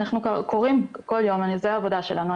אנחנו קוראים כל יום, זו העבודה שלנו.